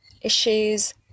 issues